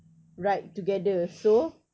ride together so